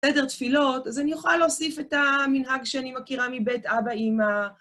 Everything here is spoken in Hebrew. סדר תפילות, אז אני יכולה להוסיף את המנהג שאני מכירה מבית אבא-אימא.